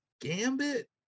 Gambit